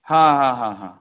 हाँ हाँ हाँ हाँ